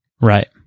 Right